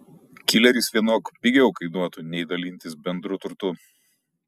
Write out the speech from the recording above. kileris vienok pigiau kainuotų nei dalintis bendru turtu